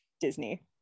Disney